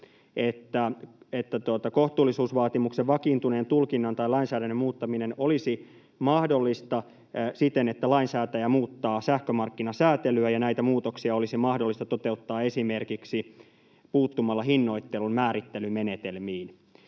että kohtuullisuusvaatimuksen vakiintuneen tulkinnan tai lainsäädännön muuttaminen olisi mahdollista siten, että lainsäätäjä muuttaa sähkömarkkinasääntelyä, ja näitä muutoksia olisi mahdollista toteuttaa esimerkiksi puuttumalla hinnoittelun määrittelymenetelmiin.